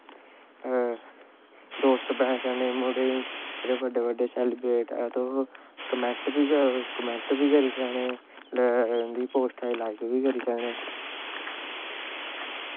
दोस्त बनाई सकने मुड़ें गी जेह्ड़े बड्डे बड्डे सैलिब्रिटी ऐं तुस कमैंट बी करी सकने इं'दी पोस्टें गी लाइक बी करी सकने